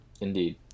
Indeed